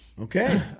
Okay